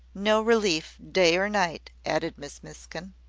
no relief, day or night, added miss miskin.